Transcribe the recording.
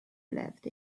left